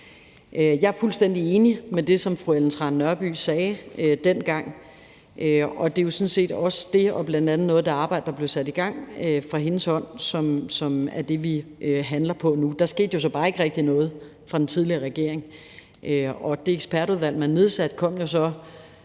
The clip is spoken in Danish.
Jeg er fuldstændig enig i det, som fru Ellen Trane Nørby sagde dengang, og det er jo sådan set også det og noget af det arbejde, der blev sat i gang fra hendes hånd, som er det, vi handler på nu. Der skete jo så bare ikke rigtigt noget fra den tidligere regerings side, og det ekspertudvalg, man nedsatte, kom jo så